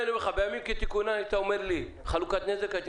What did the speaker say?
בימים כתיקונם אם היית אומר לי "חלוקת נזק" הייתי